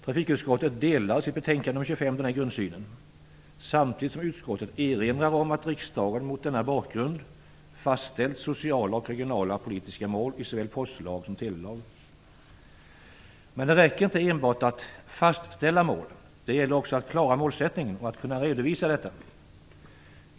Trafikutskottet delar i sitt betänkande nr 25 denna grundsyn samtidigt som utskottet erinrar om att riksdagen mot denna bakgrund fastställt sociala och regionala politiska mål i såväl postlag som telelag. Men det räcker inte med att enbart fastställa mål. Det gäller också att klara målsättningen och att kunna redovisa detta.